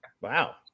Wow